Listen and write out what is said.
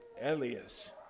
Elias